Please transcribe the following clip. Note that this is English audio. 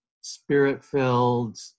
spirit-filled